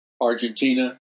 Argentina